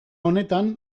honetan